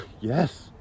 Yes